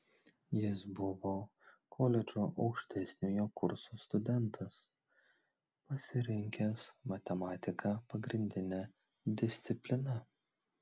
jis buvo koledžo aukštesniojo kurso studentas pasirinkęs matematiką pagrindine disciplina